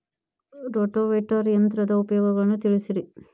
rotavator ಯಂತ್ರದ ಉಪಯೋಗಗಳನ್ನ ತಿಳಿಸಿರಿ